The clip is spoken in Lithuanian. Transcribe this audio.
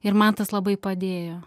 ir man tas labai padėjo